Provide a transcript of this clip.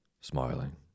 smiling